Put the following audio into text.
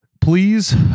please